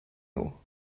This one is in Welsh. nhw